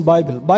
Bible